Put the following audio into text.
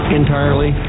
entirely